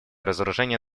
разоружение